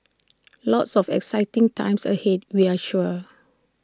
lots of exciting times ahead we're sure